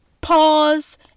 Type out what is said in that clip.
pause